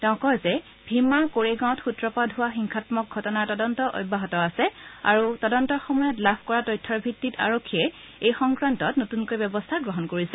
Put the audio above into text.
তেওঁ কয় যে ভীমা কোৰেগাঁৱত সূত্ৰপাত হোৱা হিংসামক ঘটনাৰ তদন্ত অব্যাহত আছে আৰু তদন্তৰ সময়ত লাভ কৰা তথ্যৰ ভিত্তিত আৰক্ষীয়ে এই সংক্ৰান্তত নতূনকৈ ব্যৱস্থা গ্ৰহণ কৰিছে